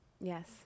yes